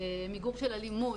מיגור של אלימות,